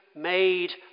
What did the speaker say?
made